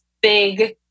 big